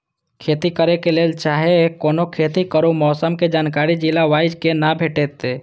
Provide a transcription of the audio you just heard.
खेती करे के लेल चाहै कोनो खेती करू मौसम के जानकारी जिला वाईज के ना भेटेत?